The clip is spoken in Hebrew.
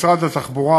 משרד התחבורה,